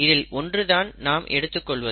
இதில் ஒன்று தான் நாம் எடுத்துக் கொள்வது